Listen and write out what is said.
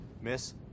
Miss